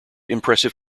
impressive